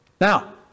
Now